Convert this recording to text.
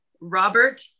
Robert